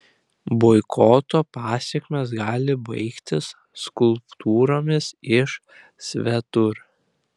boikoto pasekmės gali baigtis skulptūromis iš svetur